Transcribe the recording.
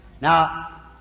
Now